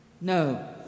No